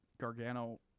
Gargano